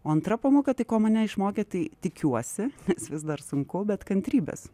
o antra pamoka tai ko mane išmokė tai tikiuosi nes vis dar sunku bet kantrybės